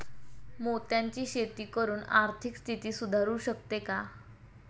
मोत्यांची शेती करून आर्थिक स्थिती सुधारु शकते